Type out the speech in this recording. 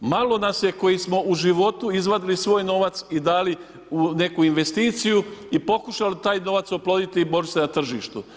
Malo nas je koji smo u životu izvadili svoj novac i dali u neku investiciju i pokušali taj novac oploditi i borit se na tržištu.